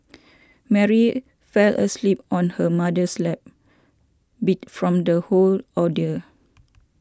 Mary fell asleep on her mother's lap beat from the whole ordeal